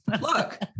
look